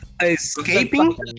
escaping